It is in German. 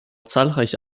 zahlreiche